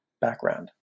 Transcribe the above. background